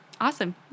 Awesome